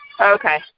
Okay